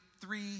three